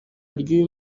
ry’uyu